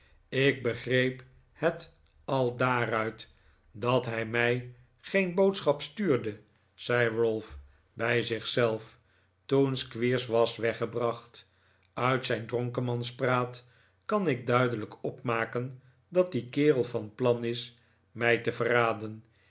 ik begreep het al daaruit dat hij mij geen boodschap stuurde zei ralph bij zich zelf toen squeers was weggebracht uit zijn dronkemanspraat kan ik duidelijk opmaken dat die kerel van plan is mij te verraden